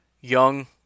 young